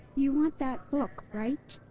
you want that book, right?